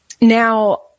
now